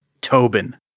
Tobin